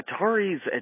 Atari's